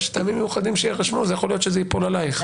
יש "מטעמים מיוחדים שיירשמו" יכול להיות שזה ייפול עלייך.